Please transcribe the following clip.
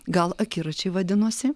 gal akiračiai vadinosi